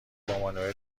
بابانوئل